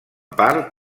part